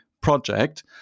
project